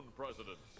president